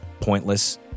pointless